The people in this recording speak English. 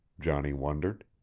johnny wondered.